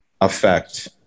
affect